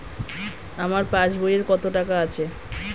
আমার পাস বইয়ে কত টাকা আছে?